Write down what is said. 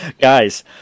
Guys